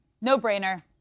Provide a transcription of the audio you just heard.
No-brainer